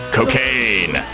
Cocaine